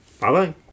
Bye-bye